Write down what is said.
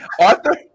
Arthur